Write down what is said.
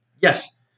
Yes